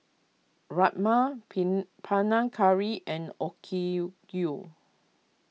Rajma Pin Panang Curry and Okayu Yu